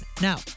Now